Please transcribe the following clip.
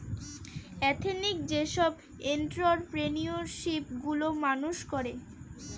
ethnic যেসব entrepreneurship গুলো মানুষ করে